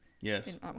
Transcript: Yes